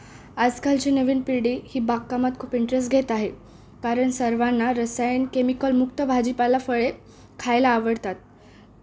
आजकालची नवीन पिढी ही बागकामात खूप इंटरेस्ट घेत आहे कारण सर्वांना रसायन केमिकल मुक्त भाजीपाला फळे खायला आवडतात